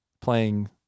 playing